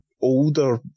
older